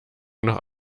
noch